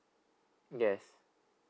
yes